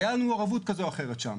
היה לנו מעורבות כזו או אחרת שם.